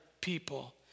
people